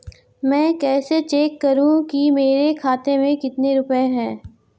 मैं कैसे चेक करूं कि मेरे खाते में कितने रुपए हैं?